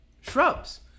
shrubs